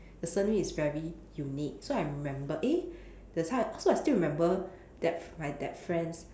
the surname is very unique so I remember eh that time so I still remember that my that friend's